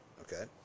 okay